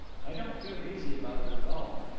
i don't feel easy about it at all.